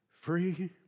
free